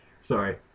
Sorry